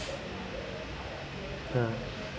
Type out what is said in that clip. mm